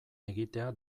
egitea